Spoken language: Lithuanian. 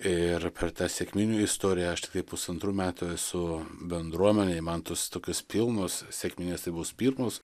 ir per tą sekminių istoriją aš tiktai pusantrų metų esu bendruomenėj man tos tokios pilnos sekminės tai bus pirmos